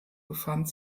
befand